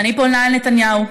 ואני פונה אל נתניהו,